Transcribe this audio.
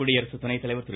குடியரசுதுணைத்தலைவர் திரு